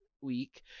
week